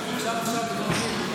עכשיו עכשיו בקדומים,